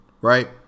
right